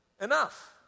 enough